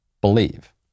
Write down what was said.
believe